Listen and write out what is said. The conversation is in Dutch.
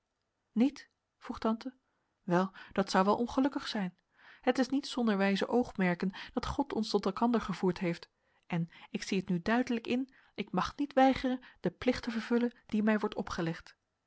niet vroeg tante wel dat zou wel ongelukkig zijn het is niet zonder wijze oogmerken dat god ons tot elkander gevoerd heeft en ik zie het nu duidelijk in ik mag niet weigeren den plicht te vervullen die mij wordt opgelegd